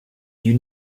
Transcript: you